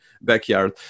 backyard